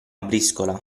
briscola